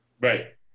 Right